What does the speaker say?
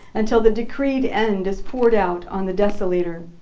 until the decreed end is poured out on the desolater.